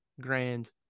grand